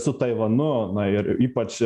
su taivanu na ir ypač